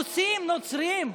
רוסים נוצרים.